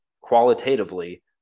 qualitatively